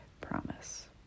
Promise